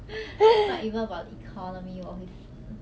not even about the economy 我会死